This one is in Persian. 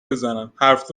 بزنم، حرف